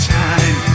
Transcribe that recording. time